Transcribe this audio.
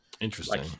Interesting